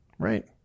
Right